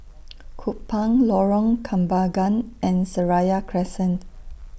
Kupang Lorong Kembagan and Seraya Crescent